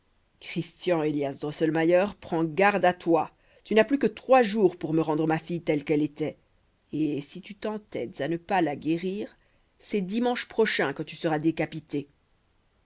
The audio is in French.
christian élias drosselmayer prends garde à toi tu n'as plus que trois jours pour me rendre ma fille telle qu'elle était et si tu t'entêtes à ne pas la guérir c'est dimanche prochain que tu seras décapité